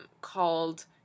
called